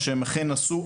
מה שהם אכן עשו,